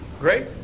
great